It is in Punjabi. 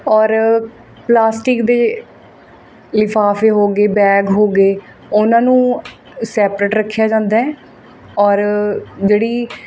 ਔਰ ਪਲਾਸਟਿਕ ਦੇ ਲਿਫਾਫੇ ਹੋਗੇ ਬੈਗ ਹੋਗੇ ਉਹਨਾਂ ਨੂੰ ਸੈਪਰੇਟ ਰੱਖਿਆ ਜਾਂਦਾ ਔਰ ਜਿਹੜੀ